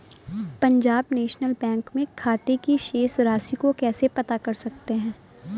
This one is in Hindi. पंजाब नेशनल बैंक में खाते की शेष राशि को कैसे पता कर सकते हैं?